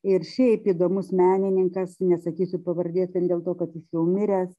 ir šiaip įdomus menininkas nesakysiu pavardės vien dėl to kad jis jau miręs